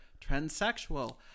transsexual